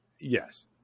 Yes